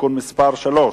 (תיקון מס' 3)